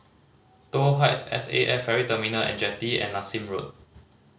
Toh Heights S A F Ferry Terminal And Jetty and Nassim Road